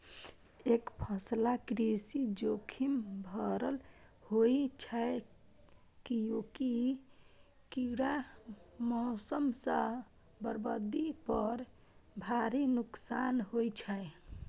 एकफसला कृषि जोखिम भरल होइ छै, कियैकि कीड़ा, मौसम सं बर्बादी पर भारी नुकसान होइ छै